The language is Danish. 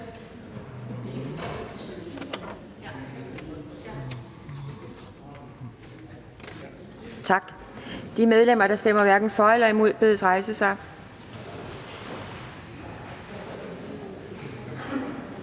Tak. De medlemmer, der stemmer hverken for eller imod, bedes rejse sig.